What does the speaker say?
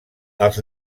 els